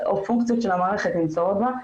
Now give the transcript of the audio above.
מהפונקציות של המערכת נמצאות בה,